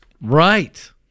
right